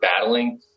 battling